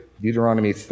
Deuteronomy